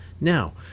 Now